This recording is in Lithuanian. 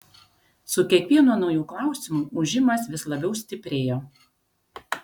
su kiekvienu nauju klausimu ūžimas vis labiau stiprėjo